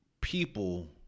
people